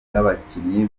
bw’abakinnyi